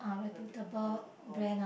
repute uh oh